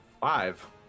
five